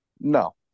No